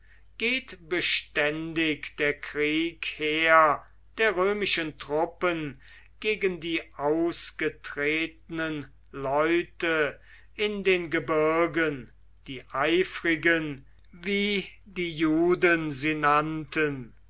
geht beständig der krieg her der römischen truppen gegen die ausgetretenen leute in den gebirgen die eifrigen wie die juden sie nannten